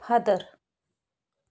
father